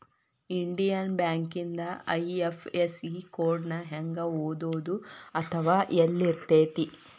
Indian ಬ್ಯಾಂಕಿಂದ IFSC code ನ ಹೆಂಗ ಓದೋದು ಅಥವಾ ಯೆಲ್ಲಿರ್ತೆತಿ?